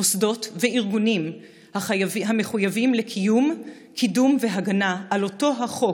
מוסדות וארגונים המחויבים לקיום וקידום של אותו חוק